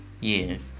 Yes